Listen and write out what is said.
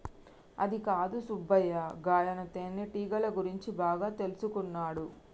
అదికాదు సుబ్బయ్య గాయన తేనెటీగల గురించి బాగా తెల్సుకున్నాడు